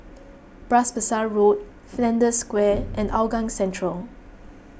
Bras Basah Road Flanders Square and Hougang Central